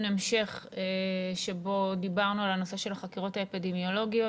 המשך שבו דיברנו על הנושא של החקירות האפידמיולוגיות.